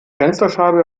fensterscheibe